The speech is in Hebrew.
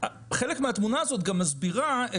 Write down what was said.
חלק מהתמונה הזו גם מסבירה.